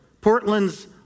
Portland's